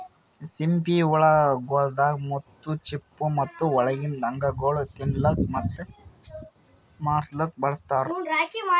ಸಿಂಪಿ ಹುಳ ಗೊಳ್ದಾಂದ್ ಮುತ್ತು, ಚಿಪ್ಪು ಮತ್ತ ಒಳಗಿಂದ್ ಅಂಗಗೊಳ್ ತಿನ್ನಲುಕ್ ಮತ್ತ ಮಾರ್ಲೂಕ್ ಬಳಸ್ತಾರ್